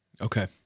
Okay